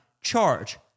Charge